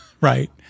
right